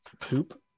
Poop